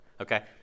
Okay